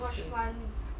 too much space